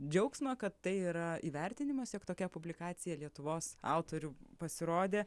džiaugsmą kad tai yra įvertinimas jog tokia publikacija lietuvos autorių pasirodė